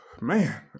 Man